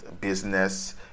business